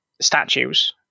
statues